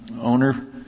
owner